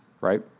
right